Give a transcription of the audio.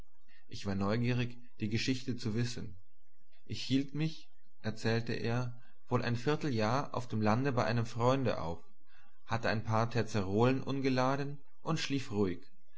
ich war neugierig die geschichte zu wissen ich hielt mich erzählte er wohl ein vierteljahr auf dem lande bei einem freunde auf hatte ein paar terzerolen ungeladen und schlief ruhig